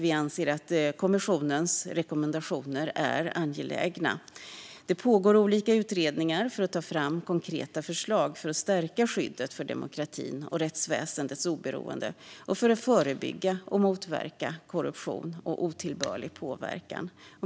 Vi anser att kommissionens rekommendationer är angelägna. Det pågår olika utredningar för att ta fram konkreta förslag för att stärka skyddet för demokratin och rättsväsendets oberoende och för att förebygga och motverka korruption och otillbörlig påverkan.